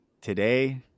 today